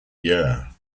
year